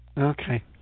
Okay